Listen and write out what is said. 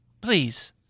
please